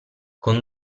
con